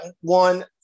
one